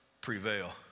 prevail